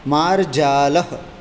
मार्जालः